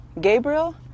Gabriel